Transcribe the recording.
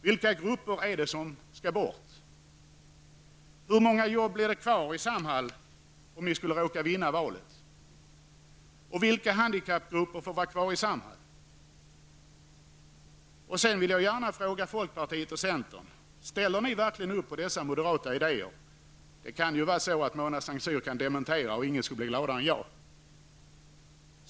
Vilka grupper är det som skall bort? Hur många jobb blir det kvar i Samhall om ni skulle råka vinna valet? Vilka handikappgrupper kommer att få vara kvar i Samhall? Jag vill också ställa ett par frågor till folkpartiet och centern: Ställer ni verkligen upp på dessa moderata idéer? Mona Saint Cyr kan dementera att det jag nyss refererade till är moderaternas uppfattning, och ingen skulle då bli gladare än jag.